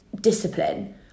discipline